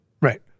Right